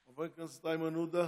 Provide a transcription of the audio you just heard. חבר הכנסת איימן עודה,